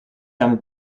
damit